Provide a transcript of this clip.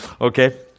okay